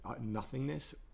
nothingness